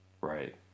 Right